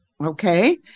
Okay